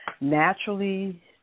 Naturally